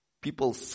people